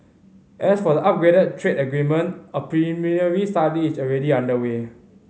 as for the upgraded trade agreement a preliminary study is already underway